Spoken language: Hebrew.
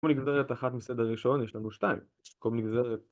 כמו נגזרת אחת מסדר ראשון, יש לנו שתיים, במקום נגזרת